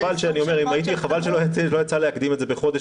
אני אומר שחבל שלא יצא להקדים את זה בחודש